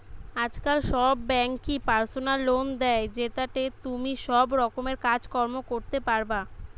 আজকাল সব বেঙ্কই পার্সোনাল লোন দে, জেতাতে তুমি সব রকমের কাজ কর্ম করতে পারবা